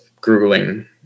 grueling